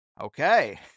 okay